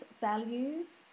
values